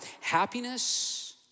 happiness